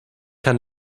kann